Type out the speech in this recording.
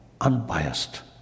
unbiased